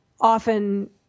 often